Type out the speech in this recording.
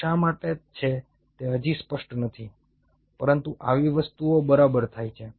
તે શા માટે છે તે હજી સ્પષ્ટ નથી પરંતુ આવી વસ્તુઓ બરાબર થાય છે